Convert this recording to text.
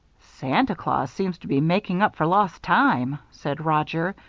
santa claus seems to be making up for lost time, said roger,